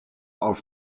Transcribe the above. auf